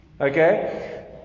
Okay